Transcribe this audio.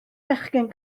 bechgyn